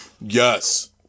Yes